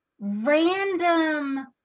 random